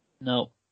no